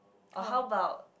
or how about